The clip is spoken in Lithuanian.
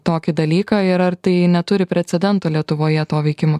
tokį dalyką ir ar tai neturi precedento lietuvoje to veikimu